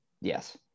Yes